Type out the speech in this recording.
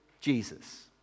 Jesus